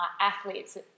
athletes